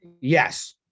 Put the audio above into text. Yes